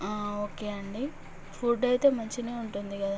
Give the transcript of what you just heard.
ఆ ఓకే అండి ఫుడ్ అయితే మంచిగానే ఉంటుంది కదా